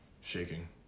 shaking